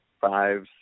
five